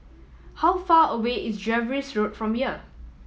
how far away is Jervois Road from here